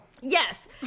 Yes